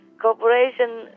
cooperation